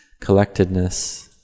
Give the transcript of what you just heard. collectedness